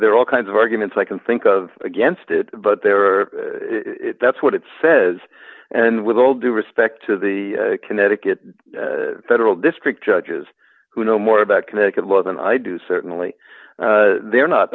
are all kinds of arguments i can think of against it but there are that's what it says and with all due respect to the connecticut federal district judges who know more about connecticut law than i do certainly they're not